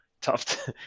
tough